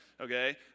okay